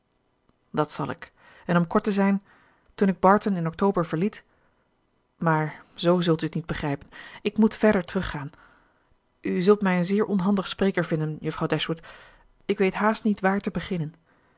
dat zal ik en om kort te zijn toen ik barton in october verliet maar z zult u het niet begrijpen ik moet verder teruggaan u zult mij een zeer onhandig spreker vinden juffrouw dashwood ik weet haast niet waar te beginnen